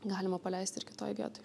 galima paleist ir kitoj vietoj